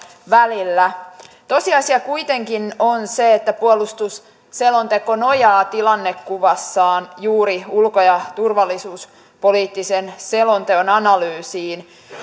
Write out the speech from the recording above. välillä tosiasia kuitenkin on se että puolustusselonteko nojaa tilannekuvassaan juuri ulko ja turvallisuuspoliittisen selonteon analyysiin